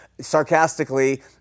sarcastically